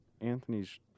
Anthony's